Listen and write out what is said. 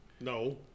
No